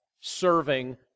serving